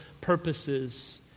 purposes